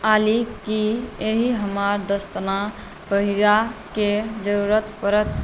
ऑली की एहि हमरा दस्ताना पहिरऽके जरूरत परत